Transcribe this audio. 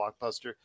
Blockbuster